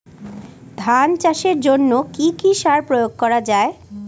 ধান চাষের জন্য কি কি সার প্রয়োগ করা য়ায়?